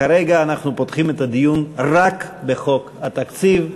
כרגע אנחנו פותחים את הדיון רק בחוק התקציב.